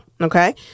Okay